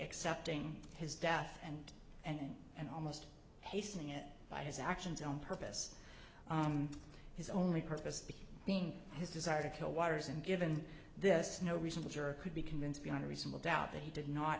accepting his death and and and almost hastening it by his actions on purpose his only purpose the being his desire to kill waters and given this no reasonable juror could be convinced beyond a reasonable doubt that he did not